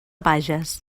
bages